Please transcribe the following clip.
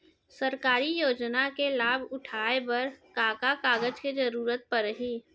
सरकारी योजना के लाभ उठाए बर का का कागज के जरूरत परही